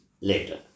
later